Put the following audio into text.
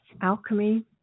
alchemy